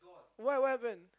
why what happen